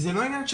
זה לא עניין,